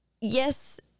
yes